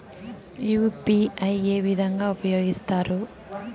UPI ఏ విధంగా ఉపయోగిస్తారు?